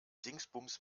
dingsbums